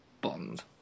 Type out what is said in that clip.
Bond